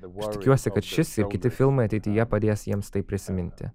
tikiuosi kad šis ir kiti filmai ateityje padės jiems tai prisiminti